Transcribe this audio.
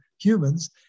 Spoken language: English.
humans